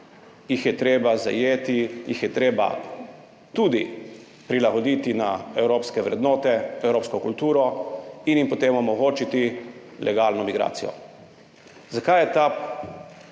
jih je treba zajeti, jih je treba tudi prilagoditi na evropske vrednote, evropsko kulturo in jim potem omogočiti legalno migracijo. Zakaj je ta